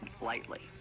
lightly